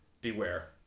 beware